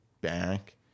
back